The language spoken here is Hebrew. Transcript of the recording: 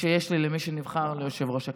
שיש לי למי שנבחר ליושב-ראש הכנסת.